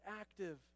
active